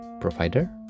provider